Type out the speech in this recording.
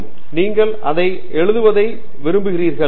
பேராசிரியர் ஆண்ட்ரூ தங்கராஜ் நீ அதை எழுதுவதை விரும்புகிறாய்